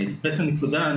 אני אתייחס לנקודה.